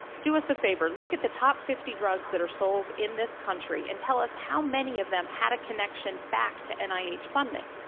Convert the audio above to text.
do us a favor. look at the top fifty drugs that are sold in this country and tell us how many of them had a connection back to nih funding.